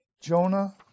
Jonah